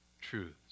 truths